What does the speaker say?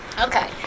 Okay